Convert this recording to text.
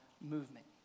movement